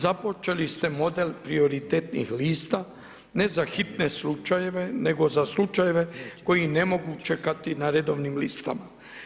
Započeli ste model prioritetnih lista ne za hitne slučajeve nego za slučajeve koji ne mogu čekati na redovnim listama.